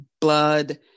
blood